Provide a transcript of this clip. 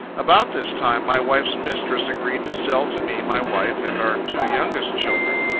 about this time, my wife's mistress agreed to sell to me my wife and our two youngest children.